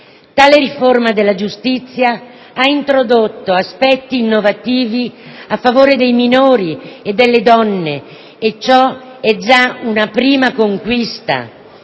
Tale riforma della giustizia ha introdotto aspetti innovativi a favore dei minori e delle donne e questo è già una prima conquista.